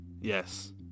yes